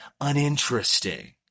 uninteresting